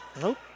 Nope